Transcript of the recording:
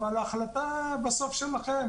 אבל ההחלטה בסוף שלכם.